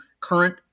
current